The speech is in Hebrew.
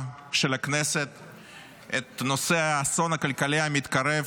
של הכנסת את נושא האסון הכלכלי המתקרב